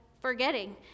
forgetting